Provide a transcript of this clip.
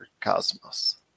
Cosmos